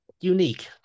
unique